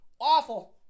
Awful